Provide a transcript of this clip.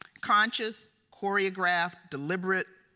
conscious, choreographed, deliberate,